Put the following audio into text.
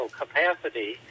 capacity